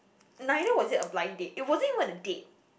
neither was it a blind date it wasn't even a date